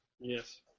Yes